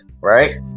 right